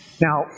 Now